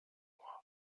mois